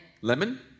Lemon